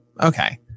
Okay